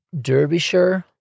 Derbyshire